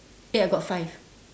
eh I got five